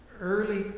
early